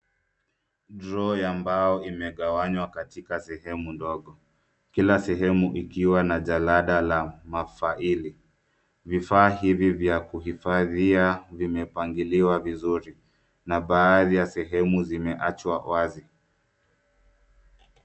Droo ya mbao imegewanywa katika sehemu ndogo, kila sehemu ikiwa na jalada la mafaili, vifaa hivi vya kuhifadhia vimepangiliwa vizuri na baadhi ya sehemu vimewachwa wazi.